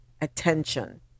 attention